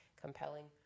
compelling